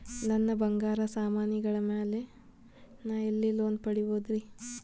ನನ್ನ ಬಂಗಾರ ಸಾಮಾನಿಗಳ ಮ್ಯಾಲೆ ನಾ ಎಲ್ಲಿ ಲೋನ್ ಪಡಿಬೋದರಿ?